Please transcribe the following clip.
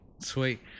Sweet